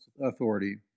authority